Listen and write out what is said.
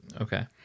Okay